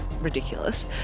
ridiculous